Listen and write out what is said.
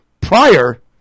prior